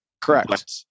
Correct